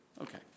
Okay